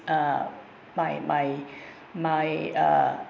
uh my my my uh